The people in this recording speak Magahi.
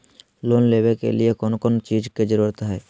लोन लेबे के लिए कौन कौन चीज के जरूरत है?